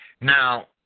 Now